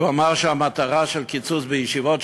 שהמטרה של הקיצוץ בישיבות,